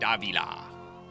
Davila